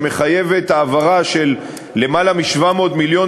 שמחייבת העברה של למעלה מ-700 מיליון